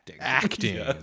Acting